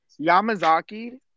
Yamazaki